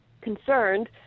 concerned